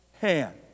hand